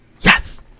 Yes